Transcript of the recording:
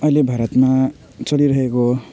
अहिले भारतमा चलिरहेको